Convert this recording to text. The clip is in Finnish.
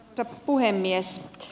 arvoisa puhemies